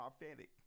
prophetic